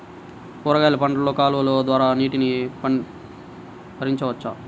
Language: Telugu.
కూరగాయలు పంటలలో కాలువలు ద్వారా నీటిని పరించవచ్చా?